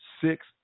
six